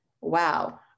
wow